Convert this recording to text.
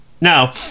Now